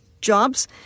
jobs